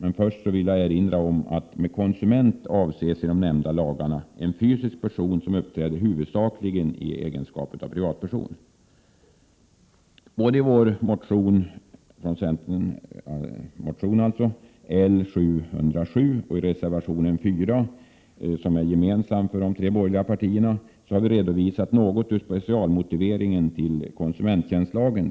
Men först vill jag erinra om att man med begreppet konsument i de nämnda lagarna avser en fysisk person som huvudsakligen uppträder i egenskap av privatperson. Både i centerns motion L707 och i reservation 4, som är gemensam för de tre borgerliga partierna, har vi redovisat något ur speicalmotiveringen till konsumenttjänstlagen.